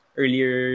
earlier